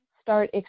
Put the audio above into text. start